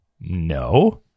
No